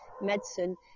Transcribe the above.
medicine